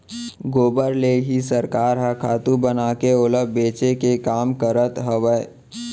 गोबर ले ही सरकार ह खातू बनाके ओला बेचे के काम करत हवय